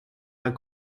mijn